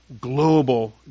global